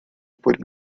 would